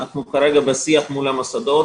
אנחנו כרגע בשיח מול המוסדות